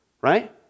Right